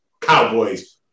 Cowboys